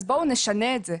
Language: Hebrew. אז בואו נשנה את זה.